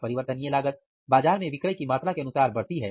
परिवर्तनीय लागत बाजार में विक्रय की मात्रा के अनुसार बढ़ती है